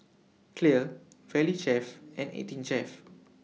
Clear Valley Chef and eighteen Chef